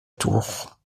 tour